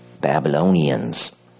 Babylonians